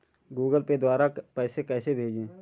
Google Pay द्वारा पैसे कैसे भेजें?